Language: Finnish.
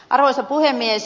arvoisa puhemies